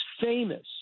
famous